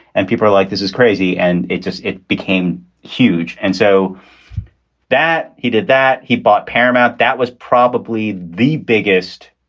and people are like, this is crazy. and it just it became huge. and so that he did that, he bought paramount. that was probably the biggest,